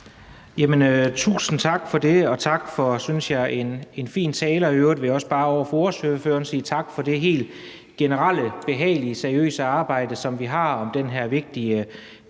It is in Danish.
Tusind tak for det. Og tak for en, synes jeg, fin tale. I øvrigt vil jeg også bare sige tak til ordføreren for det helt generelt behagelige og seriøse samarbejde, som vi har om den her vigtige